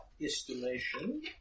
estimation